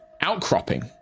outcropping